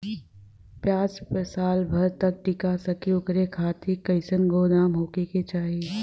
प्याज साल भर तक टीका सके ओकरे खातीर कइसन गोदाम होके के चाही?